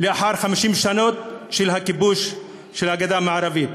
לאחר 50 שנים של הכיבוש של הגדה המערבית.